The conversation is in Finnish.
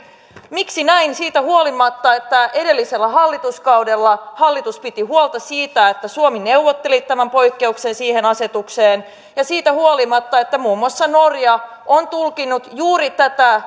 miksi näin siitä huolimatta että edellisellä hallituskaudella hallitus piti huolta siitä että suomi neuvotteli tämän poikkeuksen siihen asetukseen ja siitä huolimatta että muun muassa norja on tulkinnut juuri tätä